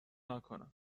نکنم